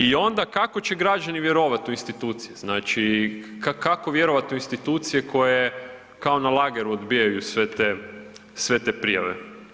I onda kako će građani vjerovati u institucije, znači kako vjerovati u institucije koje kao na lageru odbijaju sve te prijave.